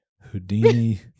Houdini